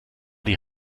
die